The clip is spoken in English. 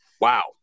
Wow